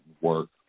work